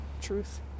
truth